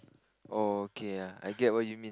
oh okay ah I get what you mean